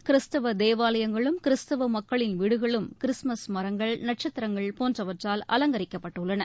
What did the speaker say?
கிறிஸ்தவ தேவாலயங்களும் கிறிஸ்தவ மக்களின் வீடுகளும் கிறிஸ்துமஸ் மரங்கள் நட்சத்திரங்கள் போன்றவற்றால் அலங்கரிக்கப்பட்டுள்ளன